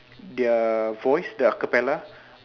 their voice their a capella